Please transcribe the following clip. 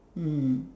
mm